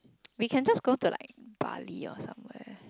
we can just go to like Bali or somewhere